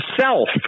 self